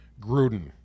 Gruden